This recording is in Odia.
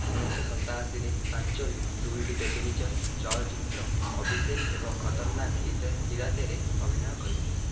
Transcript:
ଉଣେଇଶିଶହ ସତାଅଶୀରେ ପାଞ୍ଚୋଲି ଦୁଇଟି ଟେଲିଭିଜନ ଚଳଚ୍ଚିତ୍ର ଅଭିଷେକ ଏବଂ ଖତର୍ନାକ ଇଦର ଇରାଦେରେ ଅଭିନୟ କରିଥିଲେ